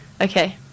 Okay